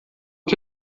que